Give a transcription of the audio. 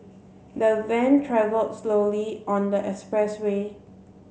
the van travelled slowly on the expressway